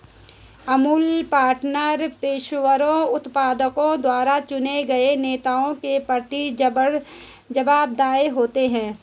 Amul pattern पेशेवर उत्पादकों द्वारा चुने गए नेताओं के प्रति जवाबदेह होते हैं